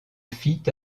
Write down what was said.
fit